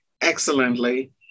excellently